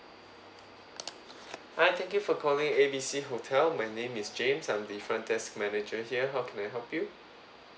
hi thank you for calling A B C hotel my name is james I'm the front desk manager here how can I help you